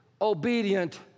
obedient